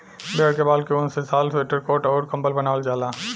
भेड़ के बाल के ऊन से शाल स्वेटर कोट अउर कम्बल बनवाल जाला